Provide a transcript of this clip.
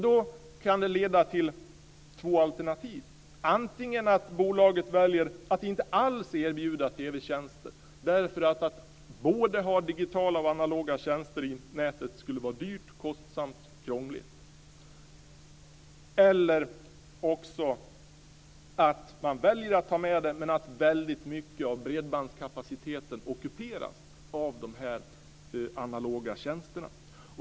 Det kan leda till två alternativ: antingen att bolaget väljer att inte alls erbjuda TV-tjänster, därför att det skulle vara kostsamt och krångligt att ha både digitala och analoga tjänster i nätet, eller också att man väljer att ta med det men att väldigt mycket av bredbandskapaciteten ockuperas av de analoga tjänsterna.